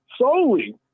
solely